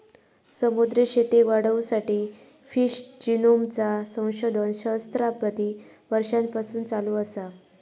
समुद्री शेतीक वाढवुसाठी फिश जिनोमचा संशोधन सहस्त्राबधी वर्षांपासून चालू असा